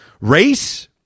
race